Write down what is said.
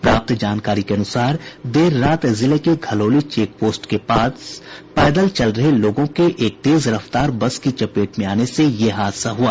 प्राप्त जानकारी के अनुसार देर रात जिले के घलौली चेकपोस्ट के पास पैदल चल रहे लोगों के एक तेज रफ्तार बस की चपेट में आने से यह हादसा हुआ